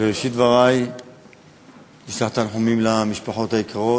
בראשית דברי אני רוצה לשלוח תנחומים למשפחות היקרות,